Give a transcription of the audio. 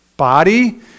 body